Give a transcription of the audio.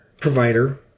provider